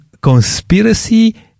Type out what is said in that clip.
conspiracy